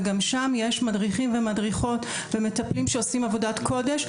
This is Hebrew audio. וגם שם יש מדריכים ומדריכות ומטפלים שעושים עבודת קודש,